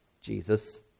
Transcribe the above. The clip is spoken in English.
Jesus